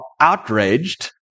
outraged